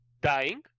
dying